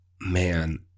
Man